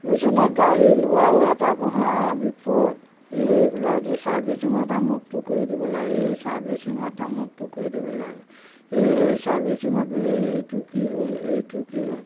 বুজিছেনে গাড়ী লোৱাও এটা মহা বিপদ এই বোলে আজি ছাৰ্ভিচিঙত আমুকটো কৰি দিব লাগে এই ছাৰ্ভিচিঙত আমুকটো কৰি দিব লাগে এই ছাৰ্ভিচিঙত বোলে এইটো কি হ'ল সেইটো কি হ'ল